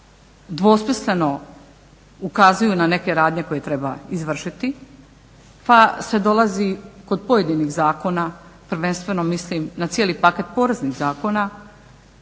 dvosmisleno ukazuju na neke radnje koje treba izvršiti, pa se dolazi kod pojedinih zakona prvenstveno mislim na cijeli paket poreznih zakona